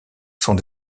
sont